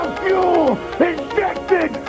fuel-injected